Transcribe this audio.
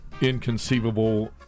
inconceivable